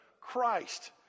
christ